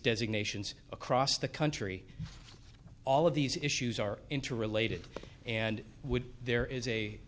designations across the country all of these issues are interrelated and there is a